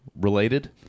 related